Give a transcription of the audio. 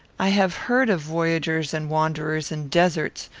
i have heard of voyagers and wanderers in deserts,